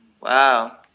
Wow